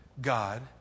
God